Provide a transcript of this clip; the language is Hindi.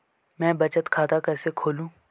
मैं बचत खाता कैसे खोलूँ?